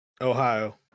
Ohio